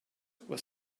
were